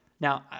Now